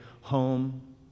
home